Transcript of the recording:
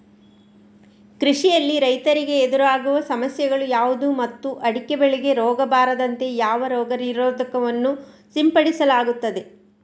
ಕೃಷಿಯಲ್ಲಿ ರೈತರಿಗೆ ಎದುರಾಗುವ ಸಮಸ್ಯೆಗಳು ಯಾವುದು ಮತ್ತು ಅಡಿಕೆ ಬೆಳೆಗೆ ರೋಗ ಬಾರದಂತೆ ಯಾವ ರೋಗ ನಿರೋಧಕ ವನ್ನು ಸಿಂಪಡಿಸಲಾಗುತ್ತದೆ?